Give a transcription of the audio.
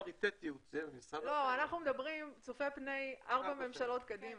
אנחנו מדברים צופה פני 4 ממשלות קדימה.